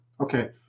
Okay